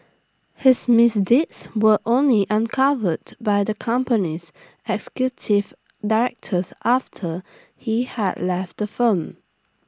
his misdeeds were only uncovered by the company's executive directors after he had left the firm